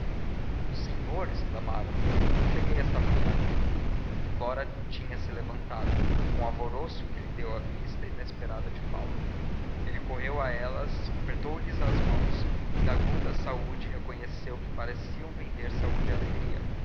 o senhor exclamaram cheguei esta manhã flora tinha-se levantado com o alvoroço que lhe deu a vista inesperada de paulo ele correu a elas apertou lhes as mãos indagou da saúde e reconheceu que pareciam vender saúde e alegria